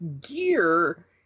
gear